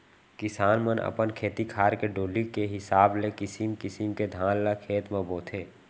किसान मन अपन खेत खार के डोली के हिसाब ले किसिम किसिम के धान ल खेत म बोथें